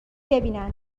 ببینن